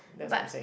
but